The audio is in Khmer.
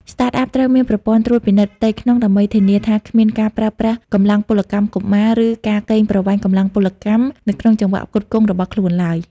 Startup ត្រូវមានប្រព័ន្ធត្រួតពិនិត្យផ្ទៃក្នុង ដើម្បីធានាថាគ្មានការប្រើប្រាស់កម្លាំងពលកម្មកុមារ ឬការកេងប្រវ័ញ្ចកម្លាំងពលកម្មនៅក្នុងចង្វាក់ផ្គត់ផ្គង់របស់ខ្លួនឡើយ។